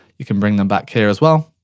you can bring them back here, as well.